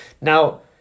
Now